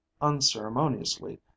unceremoniously